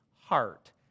heart